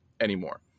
anymore